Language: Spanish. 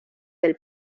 del